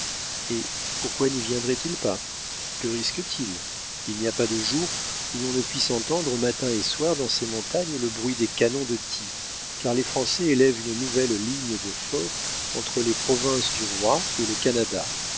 et pourquoi n'y viendraient ils pas que risquent ils il n'y a pas de jour où l'on ne puisse entendre matin et soir dans ces montagnes le bruit des canons de ty car les français élèvent une nouvelle ligne de forts entre les provinces du roi et le canada